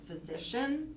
physician